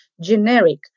generic